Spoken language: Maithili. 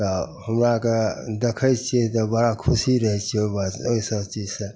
तऽ हमरा आओरके देखै छिए तऽ बड़ा खुशी रहै छिए ओहि बात ओहिसब चीजसे